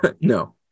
No